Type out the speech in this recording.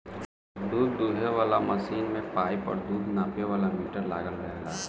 दूध दूहे वाला मशीन में पाइप और दूध नापे वाला मीटर लागल रहेला